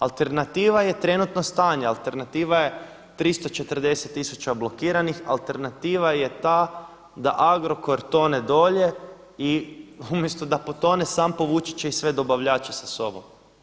Alternativa je trenutno stanje, alternativa je 340 tisuća blokiranih, alternativa je ta da Agrokor tone dolje i umjesto da potone sam povući će i sve dobavljače sa sobom.